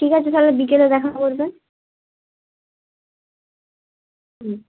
ঠিক আছে তাহলে বিকেলে দেখা করবেন হুম